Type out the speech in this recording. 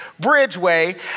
Bridgeway